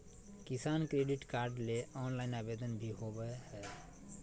किसान credit card ले online आवेदन भी होबय हय